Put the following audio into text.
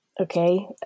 okay